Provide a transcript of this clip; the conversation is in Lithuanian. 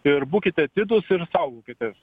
ir būkite atidūs ir saugokitės